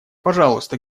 пожалуйста